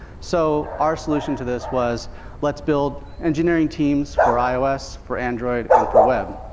so our solution to this was let's build engineering teams for ios, for android, and for web.